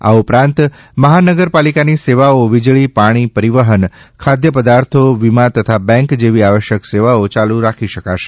આ ઉપરાંત મહાનગરપાલિકાની સેવાઓ વીજળી પાણી પરિવહન ખાદ્યપદાર્થો વીમા તથા બેન્ક જેવી આવશ્યક સેવાઓ યાલુ રાખી શકાશે